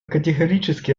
категорически